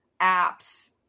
apps